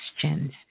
questions